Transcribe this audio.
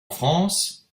france